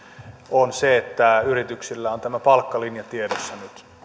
on se että yrityksillä on tämä palkkalinja tiedossa